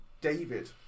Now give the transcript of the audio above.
David